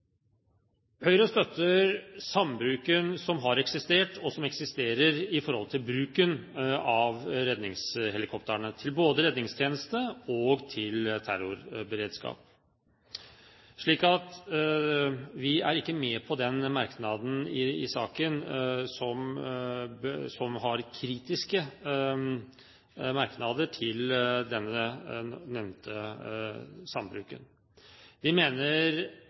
Høyre støtter sambruken som har eksistert, og som eksisterer når det gjelder bruken av redningshelikoptrene til både redningstjeneste og til terrorberedskap, så vi er ikke med på den merknaden i innstillingen som er kritiske til den nevnte sambruken. Vi mener